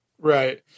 Right